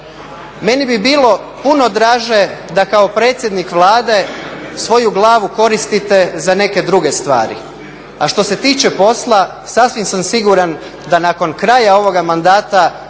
Meni bi bilo puno draže da kao predsjednik Vlade svoju glavu koristite za neke druge stvari. A što se tiče posla sasvim sam siguran da nakon kraja ovoga mandata